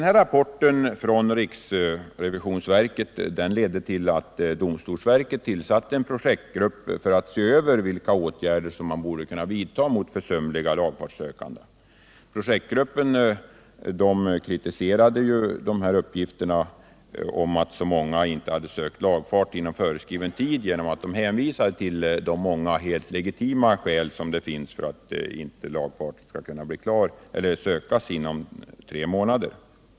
Rappornten från riksrevisionsverket ledde till att domstolsverket tillsatte en projektgrupp för att se över vilka åtgärder som borde kunna vidtas mot försumliga lagfartssökande. Projektgruppen kritiserade uppgifterna om att så många inte hade sökt lagfart inom föreskriven tid genom att hänvisa till det stora antal helt legitima skäl som finns för att lagfart inte skall kunna sökas inom tre månader.